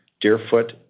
Deerfoot